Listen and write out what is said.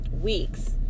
weeks